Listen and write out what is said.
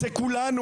זה כולנו.